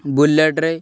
ବୁଲେଟ୍ରେ